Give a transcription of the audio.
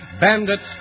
Bandits